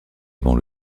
avant